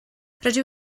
rydw